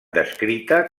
descrita